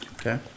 Okay